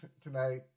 tonight